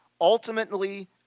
Ultimately